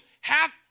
Half